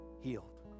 healed